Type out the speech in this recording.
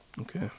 okay